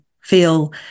feel